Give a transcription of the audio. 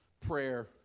prayer